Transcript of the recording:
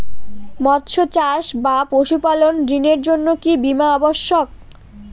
মৎস্য চাষ বা পশুপালন ঋণের জন্য কি বীমা অবশ্যক?